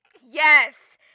yes